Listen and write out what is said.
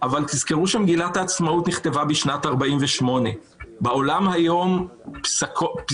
אבל תזכרו שמגילת העצמאות נכתבה בשנת 1948. בעולם היום פסקות